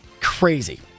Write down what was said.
Crazy